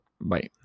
Bye